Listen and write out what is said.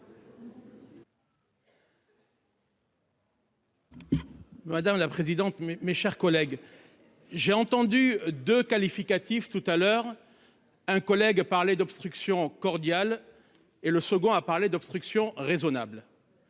Madame la présidente, mais mes chers collègues. J'ai entendu de qualificatifs tout à l'heure un collègue parlait d'obstruction cordial et le second a parlé d'obstruction raisonnable.